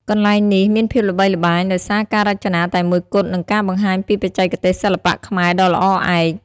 កន្លែងនេះមានភាពល្បីល្បាញដោយសារការរចនាតែមួយគត់ និងការបង្ហាញពីបច្ចេកទេសសិល្បៈខ្មែរដ៏ល្អឯក។